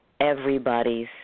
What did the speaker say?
everybody's